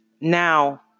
now